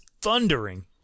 THUNDERING